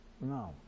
No